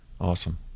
Awesome